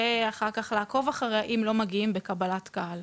אחר כך לעקוב אחריה אם לא מגיעים בקבלת קהל.